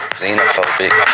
xenophobic